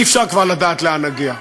אי-אפשר כבר לדעת לאן נגיע.